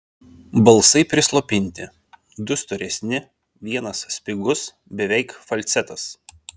balsai prislopinti du storesni vienas spigus beveik falcetas